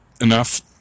enough